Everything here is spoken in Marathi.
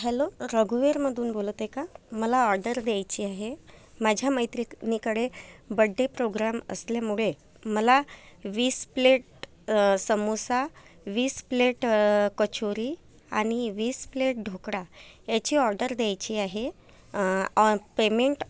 हॅलो रघुवीरमधून बोलत आहे का मला ऑर्डर द्यायचे आहे माझ्या मैत्रिणीकडे बर्थडे प्रोग्राम असल्यामुळे मला वीस प्लेट समोसा वीस प्लेट कचोरी आणि वीस प्लेट ढोकळा ह्याची ऑर्डर द्यायची आहे पेमेंट